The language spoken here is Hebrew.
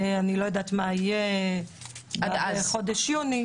אני לא יודעת מה יהיה עד חודש יוני,